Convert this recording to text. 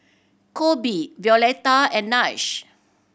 Coby Violeta and Nash